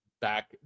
back